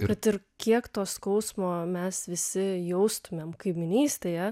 kad ir kiek to skausmo mes visi jaustumėm kaimynystėje